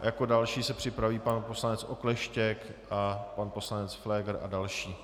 Jako další se připraví pan poslanec Okleštěk a pan poslanec Pfléger a další.